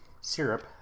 syrup